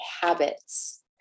habits